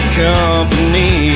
company